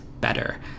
better